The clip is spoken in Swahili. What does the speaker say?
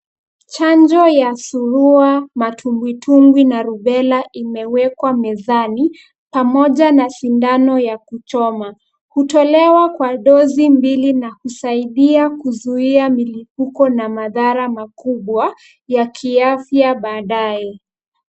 Chanjo ya surua, matumbwitumbwi na rubella imewekwa mezani, pamoja na sindano ya kuchoma. Kutolewa kwa dozi mbili na kusaidia kuzuia milipuko na madhara makubwa ya kiafya baadaye.